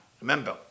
remember